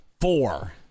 four